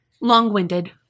long-winded